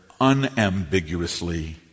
unambiguously